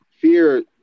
fear